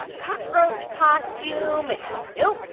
ah cockroach costume nope.